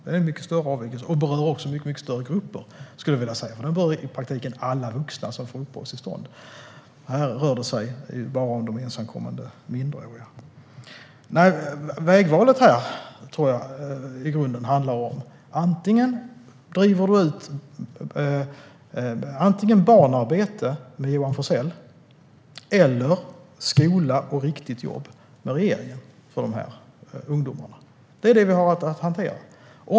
Det är en mycket större avvikelse, och den berör också mycket större grupper. Den berör i praktiken alla vuxna som får uppehållstillstånd. Här rör det sig bara om de ensamkommande minderåriga. Vägvalet för dem tror jag i grunden handlar om antingen barnarbete med Johan Forssells lösning eller skola och ett riktigt jobb med regeringens. Det är det vi har att hantera.